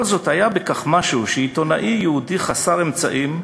זאת היה בכך משהו שעיתונאי יהודי חסר אמצעים,